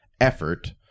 effort